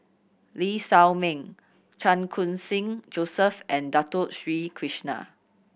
Lee Shao Meng Chan Khun Sing Joseph and Dato Sri Krishna